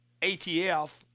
ATF